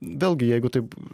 vėlgi jeigu taip